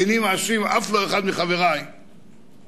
איני מאשים אף אחד מחברי שרצה